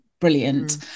brilliant